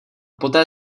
poté